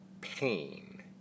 Pain